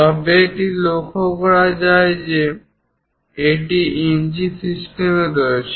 তবে এটি লক্ষ করা উচিত যে এটি ইঞ্চি সিস্টেমে রয়েছে